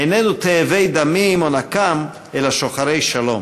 איננו תאבי דמים או נקם אלא שוחרי שלום.